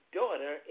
daughter